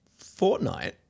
Fortnite